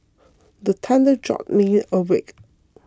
the thunder jolt me awake